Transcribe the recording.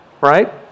Right